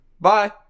Bye